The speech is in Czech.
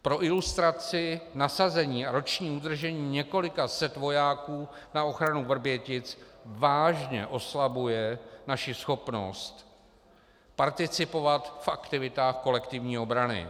Pro ilustraci: Nasazení a roční udržení několika set vojáků na ochranu Vrbětic vážně oslabuje naši schopnost participovat v aktivitách kolektivní obrany.